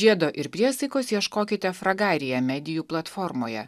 žiedo ir priesaikos ieškokite fragaria medijų platformoje